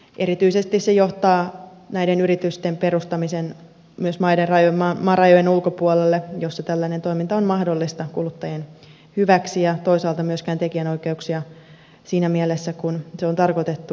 erityisesti se johtaa näiden yritysten perustamiseen myös maan rajojen ulkopuolelle missä tällainen toiminta on mahdollista kuluttajien hyväksi ja toisaalta myöskään tekijänoikeuksia loukkaamatta siinä mielessä kuin se on tarkoitettu